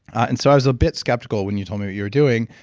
and so i was a bit skeptical when you told me what you were doing,